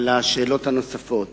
על השאלות הנוספות.